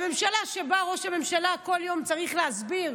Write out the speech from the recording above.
הממשלה שבה ראש הממשלה כל יום צריך להסביר,